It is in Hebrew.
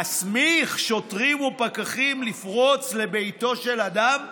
להסמיך שוטרים ופקחים לפרוץ לביתו של אדם?